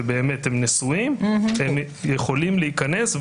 הם יכולים להיכנס,